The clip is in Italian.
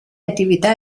attività